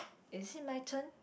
is it my turn